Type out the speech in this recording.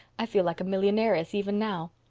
i feel like a millionairess even now.